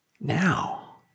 now